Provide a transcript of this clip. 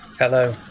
Hello